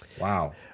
Wow